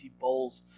bowls